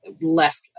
left